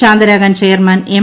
ശാന്തരാകാൻ chairman M